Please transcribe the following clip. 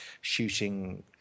shooting